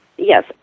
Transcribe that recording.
Yes